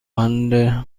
بانمکی